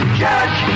judge